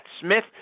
Smith